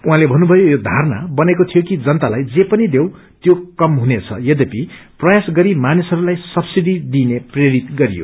उहाँले भन्नुभयो यो धारमणा बनेको थियो कि जनतालाई जे पनि देऊ त्यो कम हुनेछ यध्यपि प्रयास गरी मानिसहरूलाई सब्सिडी दिइने प्रेरित गरियो